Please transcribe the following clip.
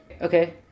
Okay